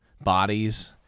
bodies